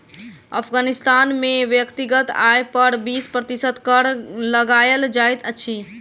अफ़ग़ानिस्तान में व्यक्तिगत आय पर बीस प्रतिशत कर लगायल जाइत अछि